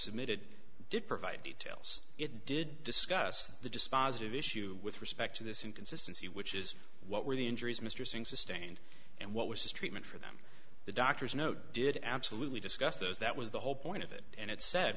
submitted did provide details it did discuss the dispositive issue with respect to this inconsistency which is what were the injuries mr singh sustained and what was his treatment for them the doctors no did absolutely discuss those that was the whole point of it and it said